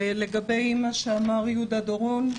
ולגבי מה שאמר יהודה דורון,